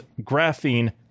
graphene